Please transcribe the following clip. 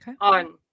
on